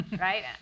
Right